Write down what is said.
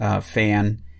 Fan